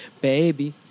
Baby